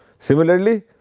similarly,